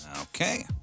Okay